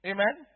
Amen